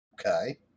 Okay